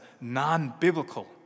non-biblical